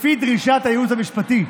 לפי דרישת הייעוץ המשפטי,